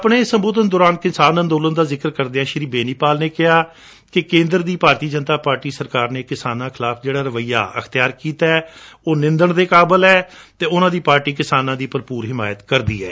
ਆਪਣੇ ਸੰਬੋਧਨ ਦੌਰਾਨ ਕਿਸਾਨ ਅੰਦੋਲਨ ਦਾ ਜ਼ਿਕਰੱ ਕਰਦਿਆਂ ਬੈਨੀਪਾਲ ਨੇ ਕਿਹਾ ਕਿ ਕੇਂਦਰ ਦੀ ਭਾਰਤੀ ਜਨਤਾ ਪਾਰਟੀ ਸਰਕਾਰ ਨੇ ਕਿਸਾਨਾਂ ਖਿਲਾਫ਼ ਜਿਹਤਾ ਰਵੈਈਆ ਰਖਿਆ ਏ ਉਹ ਨਿੰਦਣਯੋਗ ਹੈ ਅਤੇ ਉਨੁਾਂ ਦੀ ਪਾਰਟੀ ਕਿਸਾਨਾਂ ਦੀ ਭਰਪੁਰ ਹਿਮਾਇਤ ਕਰਦੀ ਏ